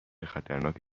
خطرناک